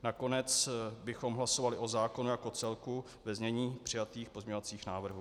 Nakonec bychom hlasovali o zákonu jako celku ve znění přijatých pozměňovacích návrhů.